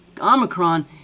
Omicron